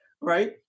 right